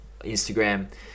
Instagram